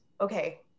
okay